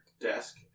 desk